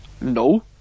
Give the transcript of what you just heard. No